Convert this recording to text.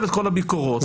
ואומר לו: